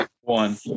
one